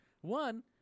One